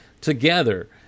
together